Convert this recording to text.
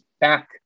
back